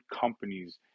companies